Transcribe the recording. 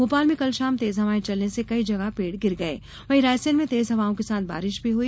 भोपाल में कल शाम तेज हवायें चलने से कई जगह पेड़ गिर गये वहीं रायसेन में तेज हवाओं के साथ बारिश भी हुई